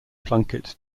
plunkett